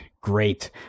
great